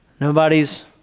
Nobody's